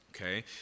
Okay